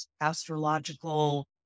astrological